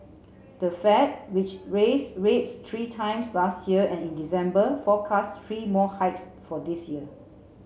the Fed which raised rates three times last year and in December forecast three more hikes for this year